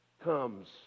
comes